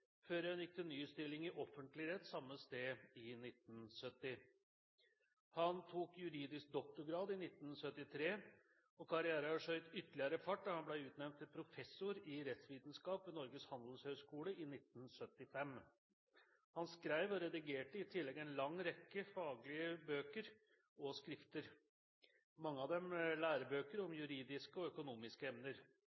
før han gikk til ny stilling i offentlig rett samme sted i 1970. Han tok juridisk doktorgrad i 1973, og karrieren skjøt ytterligere fart da han ble utnevnt til professor i rettsvitenskap ved Norges Handelshøyskole i 1975. Han skrev og redigerte i tillegg en lang rekke faglige bøker og skrifter – mange av dem lærebøker om